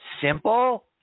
simple